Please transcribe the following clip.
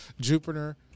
jupiter